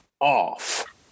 Off